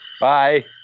Bye